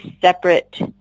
separate